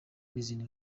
n’izindi